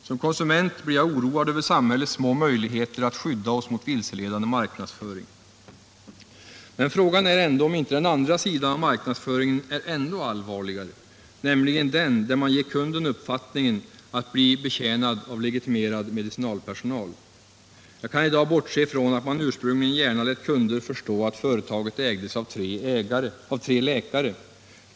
Som konsument blir jag oroad över samhällets små möjligheter att skydda oss mot vilseledande marknadsföring. Frågan är emellertid, om inte den andra sidan av marknadsföringen är ännu allvarligare, nämligen att man ger kunden uppfattningen att han blir betjänad av legitimerad medicinalpersonal. Jag kan i dag bortse från att man ursprungligen gärna lät kunderna förstå att företaget ägdes av tre läkare.